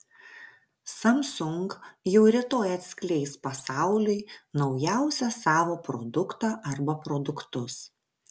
samsung jau rytoj atskleis pasauliui naujausią savo produktą arba produktus